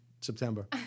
September